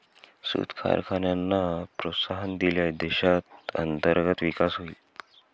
सूत कारखान्यांना प्रोत्साहन दिल्यास देशात अंतर्गत विकास होईल